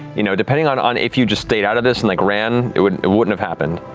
you know depending on on if you just stayed out of this and like ran, it wouldn't it wouldn't have happened,